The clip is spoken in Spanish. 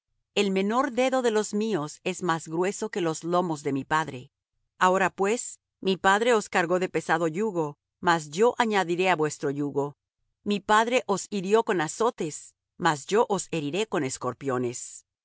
el menor dedo de los míos es más grueso que los lomos de mi padre ahora pues mi padre os cargó de pesado yugo mas yo añadiré á vuestro yugo mi padre os hirió con azotes mas yo os heriré con escorpiones